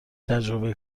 تجربه